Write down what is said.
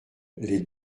les